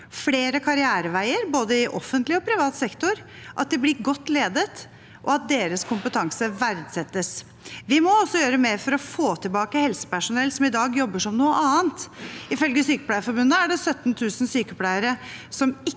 flere karriereveier, både i offentlig og privat sektor, at de blir godt ledet, og at deres kompetanse verdsettes. Vi må også gjøre mer for å få tilbake helsepersonell som i dag jobber som noe annet. Ifølge Sykepleierforbundet er det 17 000 sykepleiere som ikke